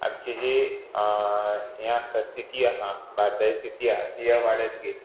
आमची जी हें आसा स्थिती आसा भारताची स्थिती आसा तिय वाडत गेली